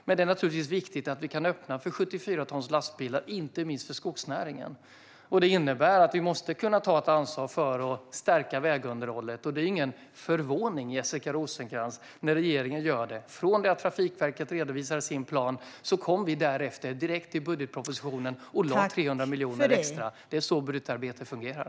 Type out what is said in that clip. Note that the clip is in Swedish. Men det är naturligtvis viktigt att vi kan öppna för 74 tons lastbilar, inte minst för skogsnäringen. Det innebär att vi måste kunna ta ett ansvar för att stärka vägunderhållet. Det är inte förvånande, Jessica Rosencrantz, att regeringen gör det. Efter att Trafikverket redovisade sin plan lade vi direkt i budgetpropositionen 300 miljoner extra. Det är så budgetarbete fungerar.